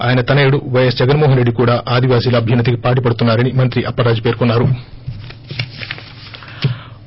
ఆయన తనయుడు వైఎస్ జగన్మోహన్రెడ్డి కూడా ఆదివాసీల అభ్యున్న తికి పాటు పడుతున్నా రని మంత్రి అప్పలరాజు పేర్కొన్నా రు